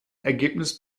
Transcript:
ergebnis